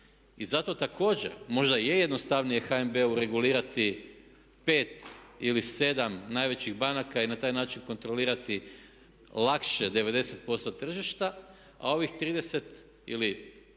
I zato također, možda je jednostavnije HNB-u regulirati 5 ili 7 najvećih banaka i na taj način kontrolirati lakše 90% tržišta a ovih 30 ili 25